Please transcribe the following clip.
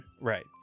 Right